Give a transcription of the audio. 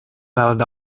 valid